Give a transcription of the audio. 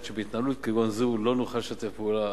שבהתנהלות כגון זו לא נוכל לשתף פעולה,